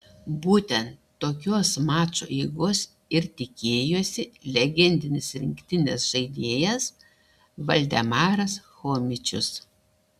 būtent tokios mačo eigos ir tikėjosi legendinis rinktinės žaidėjas valdemaras chomičius